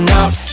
out